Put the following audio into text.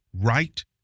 right